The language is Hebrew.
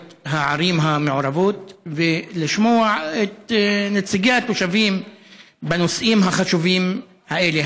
הערים המעורבות ולשמוע את נציגי התושבים בנושאים החשובים האלה.